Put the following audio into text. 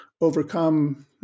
overcome